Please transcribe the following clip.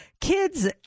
kids